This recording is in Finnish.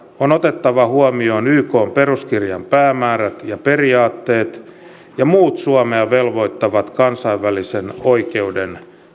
on otettava huomioon ykn peruskirjan päämäärät ja periaatteet ja muut suomea velvoittavat kansainvälisen oikeuden